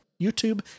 YouTube